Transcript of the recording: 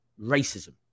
racism